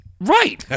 Right